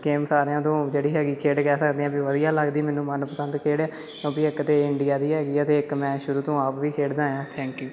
game ਸਾਰਿਆਂ ਤੋਂ ਜਿਹੜੀ ਹੈਗੀ ਖੇਡ ਕਹਿ ਸਕਦੇ ਹਾਂ ਵੀ ਵਧੀਆਂ ਲੱਗਦੀ ਮੈਨੂੰ ਮਨਪਸੰਦ ਖੇਡ ਹੈ ਕਿਉਂਕਿ ਇੱਕ ਤਾਂ ਇੰਡੀਆ ਦੀ ਹੈਗੀ ਆ ਅਤੇ ਇੱਕ ਮੈਂ ਸ਼ੁਰੂ ਤੋਂ ਆਪ ਵੀ ਖੇਡਦਾ ਆਇਆ ਥੈਂਕ ਯੂ